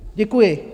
Děkuji.